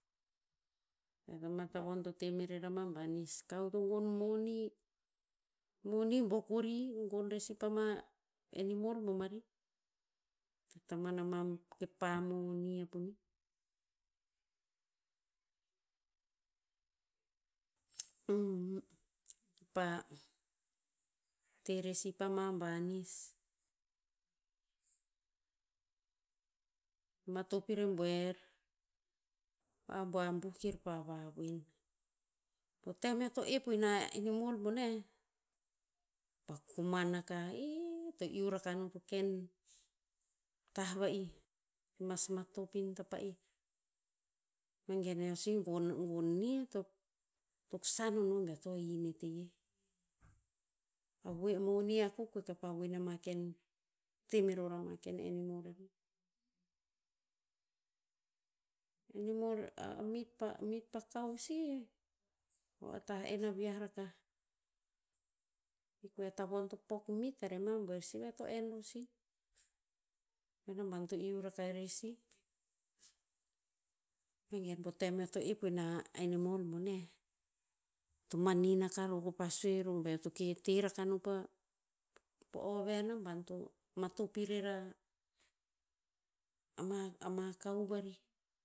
tavon to te merer ama banis kao to gon moni. Moni bo si o kori to gon rer si pama animal bomarih. Tataman ama kepa moni a ponih. kipa te rer si pama banis, matop i rebuer, abuabuh kir pa vavoen. Po tem eo to ep o ina animal boneh, pa koman akah, ih, to iu rakah no to ken tah va'ih si mas matop in ta pa'eh. Vegen eo si gon- gon nih to- toksan o no beo to hin e teye. A voe moni akuk koe kapah voen ama ken, te meror ama ken enimor rarih. Animal, mit pa- mit pa kao sih, tah en a viah rakah. I koeh a tavon to pok mit a rema buer sih ve ear to en ror sih. Ve a naban to iu rakah irer si. Vegen po tem eo to ep o ina animal boneh, to manin aka ro kopah sue ro beo to ke te raka no pa, po o ve a naban to, matop irer a, ama- ama kao varih.